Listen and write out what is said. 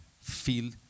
feel